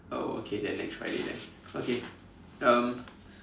oh okay then next Friday then okay um